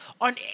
on